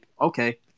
okay